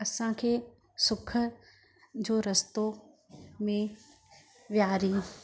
असांखे सुख जो रस्तो में विहारईं